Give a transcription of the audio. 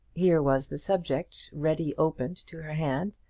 here was the subject ready opened to her hand,